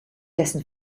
dessen